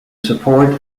support